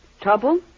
Trouble